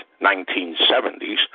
1970s